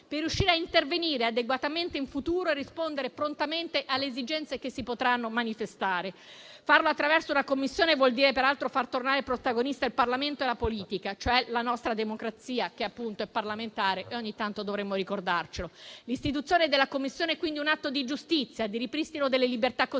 per riuscire a intervenire adeguatamente in futuro e rispondere prontamente alle esigenze che si potranno manifestare. Farlo attraverso una Commissione vuol dire peraltro far tornare protagonista il Parlamento e la politica, cioè la nostra democrazia, che appunto è parlamentare e ogni tanto dovremmo ricordarcelo. L'istituzione della Commissione, quindi, è un atto di giustizia, di ripristino delle libertà costituzionali.